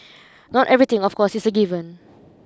not everything of course is a given